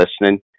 listening